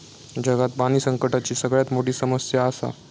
जगात पाणी संकटाची सगळ्यात मोठी समस्या आसा